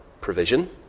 provision